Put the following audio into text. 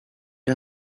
you